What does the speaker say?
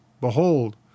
Behold